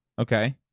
Okay